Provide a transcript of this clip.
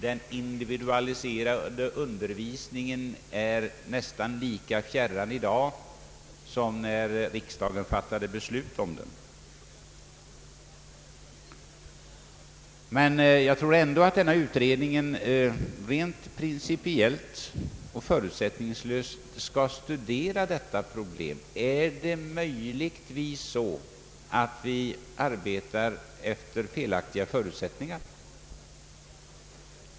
Den individualiserade undervisningen är nästan lika fjärran i dag som när riksdagen fattade beslut om den. Utredningen bör rent principiellt och förutsättningslöst studera detta problem. Är det möjligtvis så att vi arbetar efter felaktiga förutsättningar?